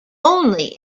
only